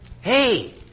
Hey